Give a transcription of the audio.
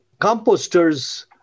Composters